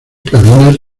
cabinas